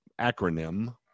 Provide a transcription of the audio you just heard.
acronym